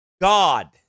God